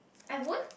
I won't